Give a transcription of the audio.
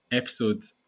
episodes